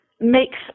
makes